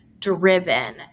driven